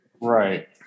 Right